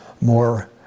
more